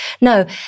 No